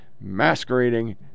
masquerading